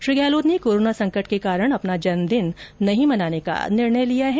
श्री गहलोत ने कोरोना संकट के कारण अपना जन्मदिन नहीं मनाने का निर्णय लिया है